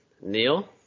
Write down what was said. Neil